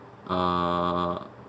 uh